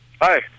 Hi